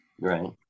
Right